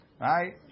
right